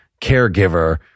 caregiver